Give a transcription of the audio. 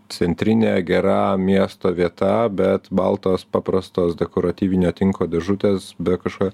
centrinė gera miesto vieta bet baltos paprastos dekoratyvinio tinko dėžutės be kažkokio